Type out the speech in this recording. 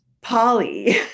Polly